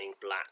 black